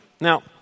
Now